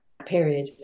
period